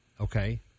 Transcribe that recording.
Okay